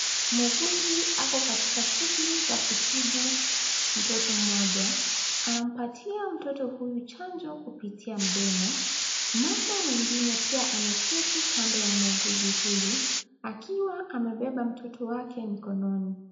Muuguzi ako katika shugli za kutibu mtoto mmoja, anampatia mtoto huyu chanjo kupitia mdomo, mama mwingine pia ameketi kando ya muuguzi huyu akiwa amebeba mtoto wake mikononi.